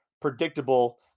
predictable